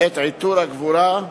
את עיטור הגבורה,